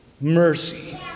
mercy